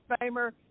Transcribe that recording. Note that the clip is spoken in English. Famer